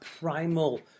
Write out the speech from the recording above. primal